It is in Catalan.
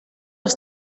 els